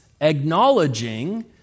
acknowledging